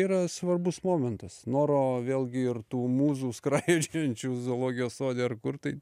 yra svarbus momentas noro vėlgi ir tų mūzų skraidžiojančių zoologijos sode ar kur tai